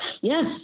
yes